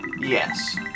Yes